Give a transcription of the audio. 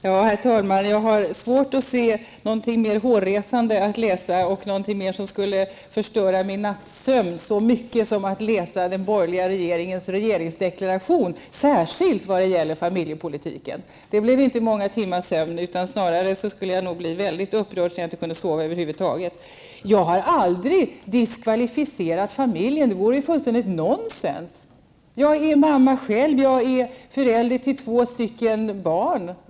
Herr talman! Jag har svårt att tänka mig något mer hårresande att läsa och något som skulle förstöra min nattsömn så mycket som att läsa den borgerliga regeringens regeringsdeklaration, särskilt när det gäller familjepolitiken. Det skulle i så fall inte bli många timmars sömn. Jag skulle snarare bli så upprörd att jag inte skulle kunna sova över huvud taget. Jag har aldrig diskvalificerat familjen. Det vore fullständigt nonsens. Jag är själv mamma. Jag är förälder till två barn.